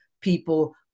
people